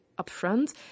upfront